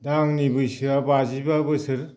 दा आंनि बैसोया बाजिबा बोसोर